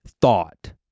thought